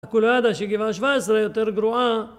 רק הוא לא ידע שגבעה 17 יותר גרועה